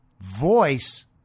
voice